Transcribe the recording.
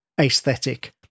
aesthetic